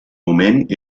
moment